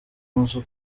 inzu